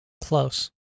Close